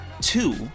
two